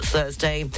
Thursday